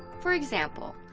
for example,